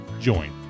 join